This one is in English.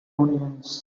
onions